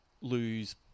lose